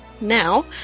now